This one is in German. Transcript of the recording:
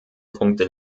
punkte